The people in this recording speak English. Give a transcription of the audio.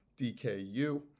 DKU